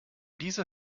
dieser